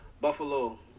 Buffalo